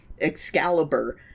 Excalibur